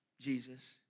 Jesus